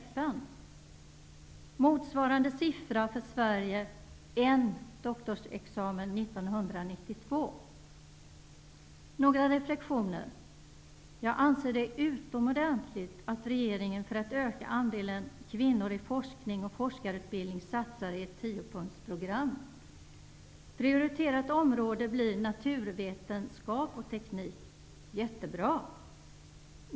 För Sverige är motsvarande siffra 1 doktorsexamen 1992. Låt mig göra några reflexioner. Jag anser att det är utomordentligt att regeringen för att öka andelen kvinnor i forskning och forskarutbildning satsar på ett tiopunktsprogram. Ett prioriterat område blir naturvetenskap och teknik. Det är jättebra.